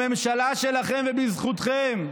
בממשלה שלכם ובזכותכם,